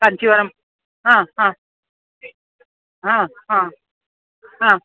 ಕಾಂಚಿವರಮ್ ಹಾಂ ಹಾಂ ಹಾಂ ಹಾಂ ಹಾಂ